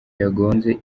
yagonze